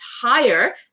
higher